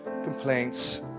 complaints